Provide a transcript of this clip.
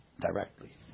Directly